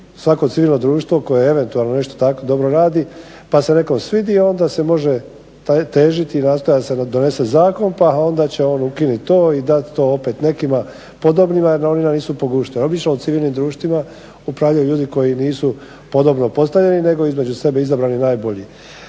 Svako civilno društvo koje eventualno nešto tako dobro radi pa se nekom svidi onda se može težiti i nastoji se da se donese zakon pa onda će on ukinut to i dat to opet nekima podobnima jer ovima nisu po guštu. Obično u civilnim društvima upravljaju ljudi koji nisu podobno postavljeni, nego između sebe izabrani najbolji.